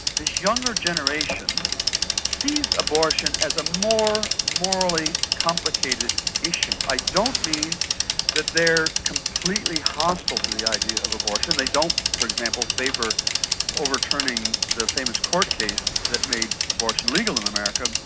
this younger generation sees abortion as a more morally complicated issue. i don't mean that they're completely hostile to the idea of abortion they don't, for example, favour overturning the famous court case that made abortion legal in america,